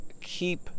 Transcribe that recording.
keep